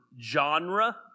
genre